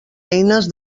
eines